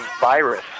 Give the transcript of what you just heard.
virus